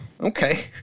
okay